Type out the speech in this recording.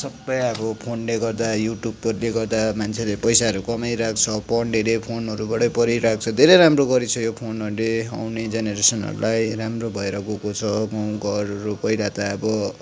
सबै अब फोनले गर्दा युट्युबहरूले गर्दा मान्छेहरूले पैसाहरू कमाइरहेको छ पढ्नेले फोनहरूबाटै पढिरहेको छ धेरै राम्रो गरिसक्यो फोनहरूले आउने जेनेरेसनहरूलाई राम्रो भएर गएको छ गाउँ घरहरू पहिला त अब